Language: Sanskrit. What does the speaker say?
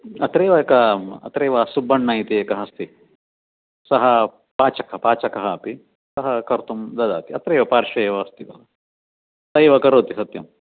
अत्रैव एकः अत्रैव सुब्बण्ण इति एकः अस्ति सः पाचकः पाचकः अपि सः कर्तुं ददाति अत्रैव पार्श्वे एव अस्ति खलु स एव करोति सत्यम्